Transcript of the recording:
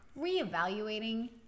reevaluating